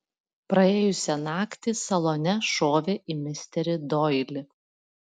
praėjusią naktį salone šovė į misterį doilį